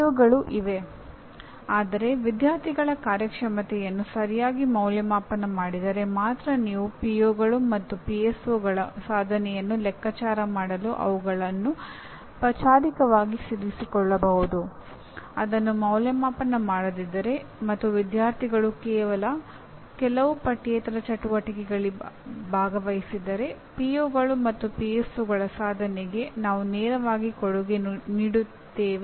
ಇವುಗಳು ಇವೆ ಆದರೆ ವಿದ್ಯಾರ್ಥಿಗಳ ಕಾರ್ಯಕ್ಷಮತೆಯನ್ನು ಸರಿಯಾಗಿ ಮೌಲ್ಯಅಂಕಣ ಮಾಡಿದರೆ ಮಾತ್ರ ನೀವು ಪಿಒಗಳು ಸಾಧನೆಗೆ ನಾವು ನೇರವಾಗಿ ಕೊಡುಗೆ ನೀಡುತ್ತೇವೆ ಎಂದು ಹೇಳಲಾಗುವುದಿಲ್ಲ